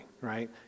right